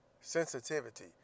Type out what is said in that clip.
sensitivity